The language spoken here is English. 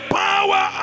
power